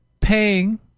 paying